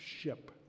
ship